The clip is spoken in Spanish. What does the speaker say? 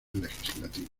legislativo